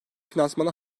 finansmanı